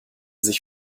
sich